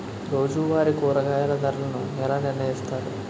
రోజువారి కూరగాయల ధరలను ఎలా నిర్ణయిస్తారు?